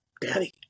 daddy